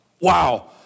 Wow